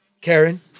Karen